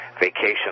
vacation